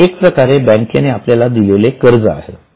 हे एक प्रकारे बँकेने आपल्याला दिलेले कर्ज आहे